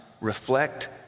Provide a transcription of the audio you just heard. reflect